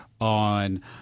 on